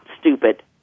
stupid